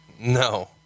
No